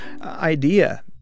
idea